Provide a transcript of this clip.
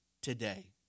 today